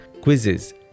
quizzes